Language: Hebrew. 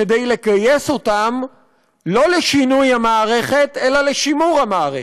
כדי לגייס אותם לא לשינוי המערכת אלא לשימור המערכת.